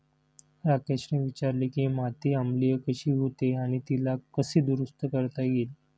राकेशने विचारले की माती आम्लीय कशी होते आणि तिला कसे दुरुस्त करता येईल?